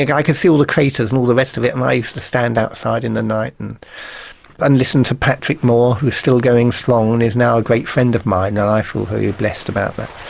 like i could see all the craters and all the rest of it and i used to stand outside in the night and and listen to patrick moore who is still going strong and is now a great friend of mine and i feel very blessed about that.